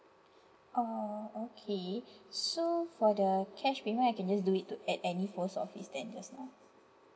oh okay so for the cash payment I can just do it to at any post office that nearest lah